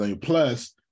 plus